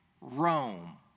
Rome